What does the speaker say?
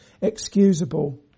excusable